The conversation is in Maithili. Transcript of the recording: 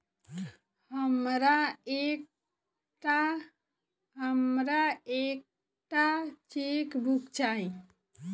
हमरा एक टा चेकबुक चाहि